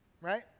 right